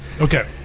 Okay